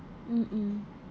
mm mm